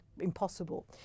impossible